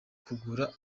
kugura